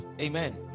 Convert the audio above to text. Amen